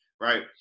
right